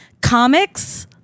Comics